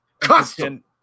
Custom